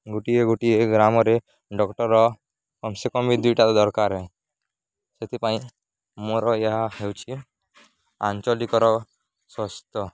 ଗୋଟିଏ ଗୋଟିଏ ଗ୍ରାମରେ ଡ଼ାକ୍ଟର କମ୍ ସେ କମ୍ ବି ଦୁଇଟା ଦରକାର ଏ ସେଥିପାଇଁ ମୋର ଏହା ହେଉଛି ଆଞ୍ଚଲିକର ସ୍ୱାସ୍ଥ୍ୟ